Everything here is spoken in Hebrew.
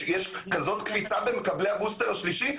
יש כזאת קפיצה במקבלי הבוסטר השלישי?